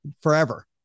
forever